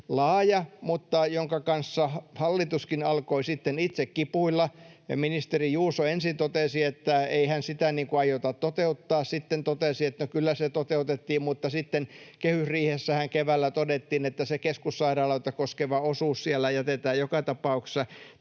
mutta jonka kanssa hallituskin alkoi sitten itse kipuilla. Ministeri Juuso ensin totesi, että eihän sitä aiota toteuttaa, sitten totesi, että kyllä se toteutettiin, mutta sitten kehysriihessähän keväällä todettiin, että se keskussairaaloita koskeva osuus siellä jätetään joka tapauksessa